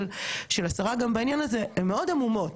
מי שכמוני מצוי במטרייה יבין אותם,